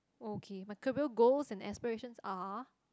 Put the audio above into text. okay but career goals and aspirations are